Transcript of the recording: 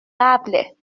قبله